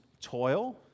toil